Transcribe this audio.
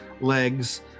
legs